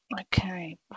Okay